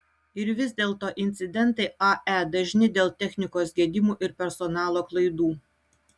ir vis dėlto incidentai ae dažni dėl technikos gedimų ir personalo klaidų